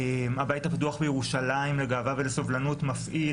הבית הפתוח בירושלים לגאווה ולסובלנות מפעיל